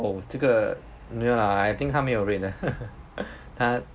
oh 这个没有 lah I think 她没有 rate 的 她